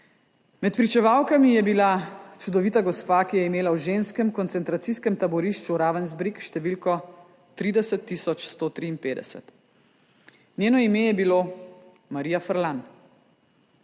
Med pričevalkami je bila čudovita gospa, ki je imela v ženskem koncentracijskem taborišču Ravensbrück številko 30153. Njeno ime je bilo Marija Frlan.